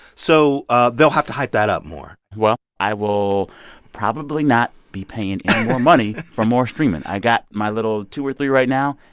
so ah they'll have to hype that up more well, i will probably not be paying any more money for more streaming i got my little two or three right now.